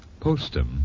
Postum